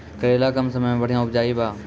करेला कम समय मे बढ़िया उपजाई बा?